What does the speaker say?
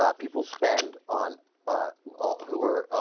ah people spend on ah. all who were ah.